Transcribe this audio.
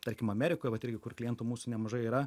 tarkim amerikoj vat irgi kur klientų mūsų nemažai yra